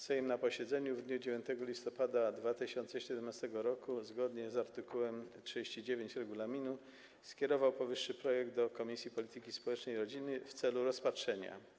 Sejm na posiedzeniu w dniu 9 listopada 2017 r. zgodnie z art. 39 regulaminu skierował powyższy projekt do Komisji Polityki Społecznej i Rodziny w celu rozpatrzenia.